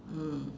mm